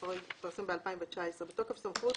התשע"ט-2019 בתוקף סמכות